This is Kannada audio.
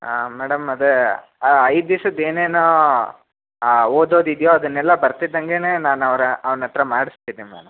ಹಾಂ ಮೇಡಮ್ ಅದೇ ಆ ಐದು ದಿಸದ್ದು ಏನೇನು ಓದೋದು ಇದೆಯೋ ಅದನ್ನೆಲ್ಲ ಬರ್ತಿದ್ದಂಗೇ ನಾನು ಅವರ ಅವ್ನ ಹತ್ರ ಮಾಡಿಸ್ತೀನಿ ಮ್ಯಾಮ್